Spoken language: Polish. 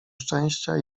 szczęścia